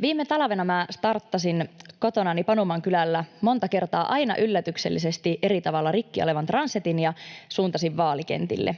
Viime talvena minä starttasin kotonani Panuman kylällä monta kertaa aina yllätyksellisesti eri tavalla rikki olevan Transitin ja suuntasin vaalikentille.